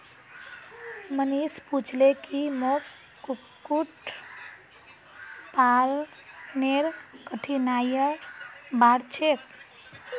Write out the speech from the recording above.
मनीष पूछले की मोक कुक्कुट पालनेर कठिनाइर बार छेक